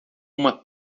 uma